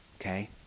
okay